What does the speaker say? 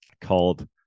called